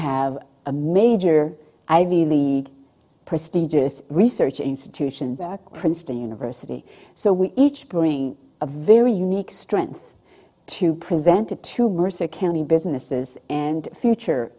have a major ivy league prestigious research institution princeton university so we each bring a very unique strength to presented to mercer county businesses and future